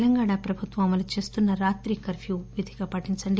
తెలంగాణ ప్రభుత్వంఅమలుచేస్తున్న రాత్రి కర్ఫ్యూ విధిగా పాటించండి